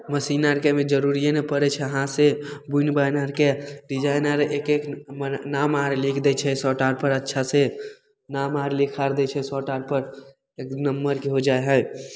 machine आरके ओइमे जरूरिये नहि पड़य छै हाथसँ बुनि बानि आरके डिजाइन आर एक एक मने नाम आर लिख दै छै शर्ट आरपर अच्छासँ नाम आर लिख आर दै छै शर्ट आरपर एक नम्मरके हो जाइ हइ